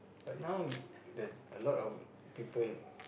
but now there's a lot of people